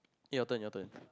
your turn your turn